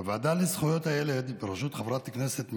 בוועדה לזכויות הילד בראשות חברת הכנסת מיכל,